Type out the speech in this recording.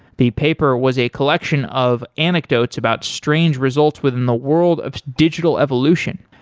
the paper was a collection of anecdotes about strange results within the world of digital evolution.